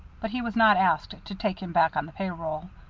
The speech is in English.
but he was not asked to take him back on the pay roll.